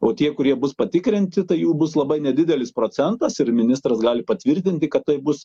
o tie kurie bus patikrinti tai jų bus labai nedidelis procentas ir ministras gali patvirtinti kad tai bus